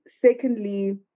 secondly